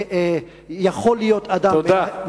יכול להיות אדם, תודה.